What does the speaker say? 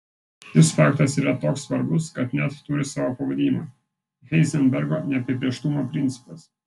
šis faktas yra toks svarbus kad net turi savo pavadinimą heizenbergo neapibrėžtumo principas